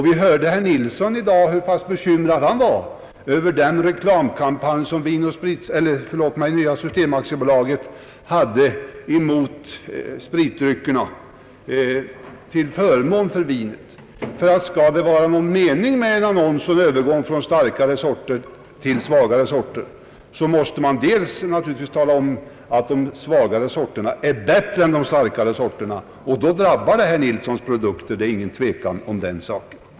Vi hörde hur bekymrad herr Nilsson var över den reklamkampanj som Nya system AB hade mot spritdryckerna till förmån för vinet. Skall det vara någon mening med en annons om Övergång från starkare till billigare sorter, måste man naturligtvis tala om att de svagare sorterna är bättre än de starkare. Och då drabbas herr Nilssons produkter — det är inget tvivel om den saken.